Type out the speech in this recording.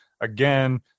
again